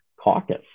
caucus